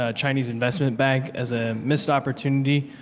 ah chinese investment bank, as a missed opportunity,